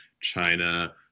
China